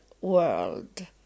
world